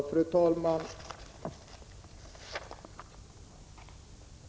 Fru talman!